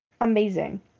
amazing